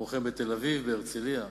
כמו כן בתל-אביב, בהרצלייה.